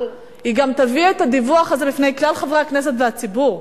היא גם תביא את הדיווח הזה בפני כלל חברי הכנסת והציבור,